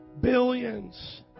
billions